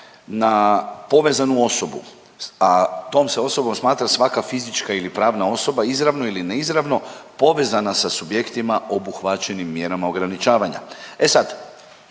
na povezanu osobu, a tom se osobom smatra svaka fizička ili pravna osoba izravno ili neizravno povezana sa subjektima obuhvaćenim mjerama ograničavanja. E sad